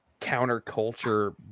counterculture